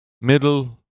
middle